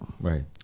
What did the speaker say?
Right